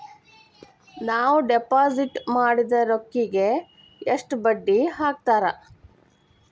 ನಾವು ಡಿಪಾಸಿಟ್ ಮಾಡಿದ ರೊಕ್ಕಿಗೆ ಎಷ್ಟು ಬಡ್ಡಿ ಹಾಕ್ತಾರಾ?